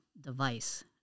device